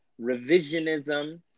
revisionism